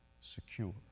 secure